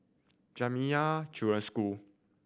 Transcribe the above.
Jamiyah Children Home